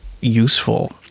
useful